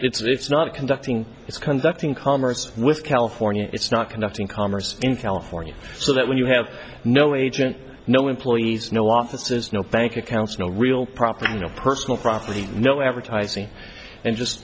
with it's not conducting its conducting commerce with california it's not conducting commerce in california so that when you have no agent no employees no offices no bank accounts no real property no personal property no advertising and just